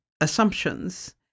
assumptions